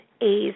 A's